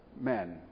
men